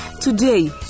Today